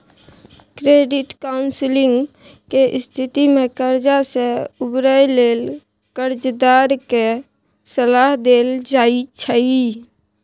credit counselling के स्थिति में कर्जा से उबरय लेल कर्जदार के सलाह देल जाइ छइ